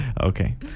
Okay